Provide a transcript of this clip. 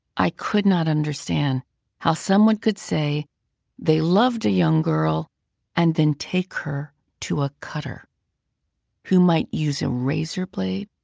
i could not understand how someone could say they loved a young girl and then take her to a cutter who might use a razor blade,